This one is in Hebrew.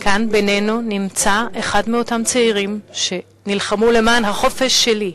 כאן בינינו נמצא אחד מאותם צעירים שנלחמו למען החופש שלי,